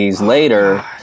later